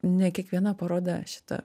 ne kiekviena paroda šitą